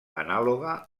anàloga